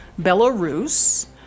Belarus